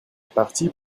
partie